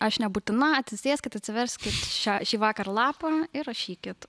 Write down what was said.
aš nebūtina atsisėskit atsiverskit šią šįvakar lapą ir rašykit